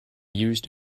used